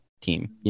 team